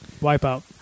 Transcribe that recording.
Wipeout